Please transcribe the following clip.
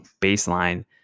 baseline